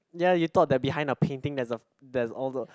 ya you thought that behind a painting there's a there's all the